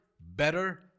better